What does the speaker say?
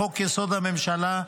לחוק-יסוד: הממשלה,